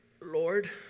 Lord